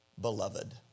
beloved